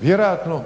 Vjerojatno